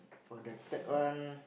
for the third one